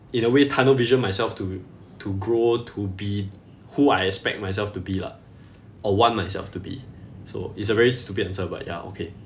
in a way tunnel vision myself to to grow to be who I expect myself to be lah or want myself to be so it's a very stupid answer but ya okay